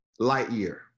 Lightyear